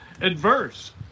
adverse